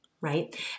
Right